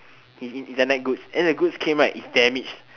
it~ it's a night goods then his goods came right it's damaged